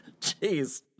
Jeez